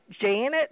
Janet